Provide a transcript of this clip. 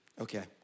Okay